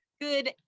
good